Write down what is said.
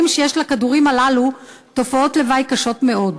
שיש לכדורים הללו תופעות לוואי קשות מאוד,